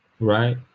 Right